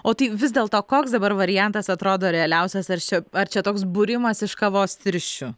o tai vis dėlto koks dabar variantas atrodo realiausias ar čia ar čia toks būrimas iš kavos tirščių